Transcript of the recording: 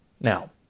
Now